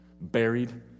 buried